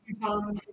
Tom